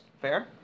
Fair